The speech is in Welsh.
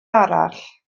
arall